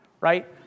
right